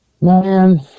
Man